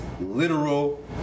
literal